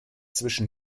zwischen